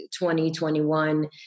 2021